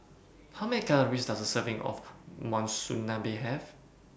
How Many Calories Does A Serving of Monsunabe Have